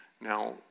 Now